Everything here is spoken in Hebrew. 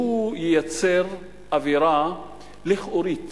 שהוא ייצר אווירה לכאורית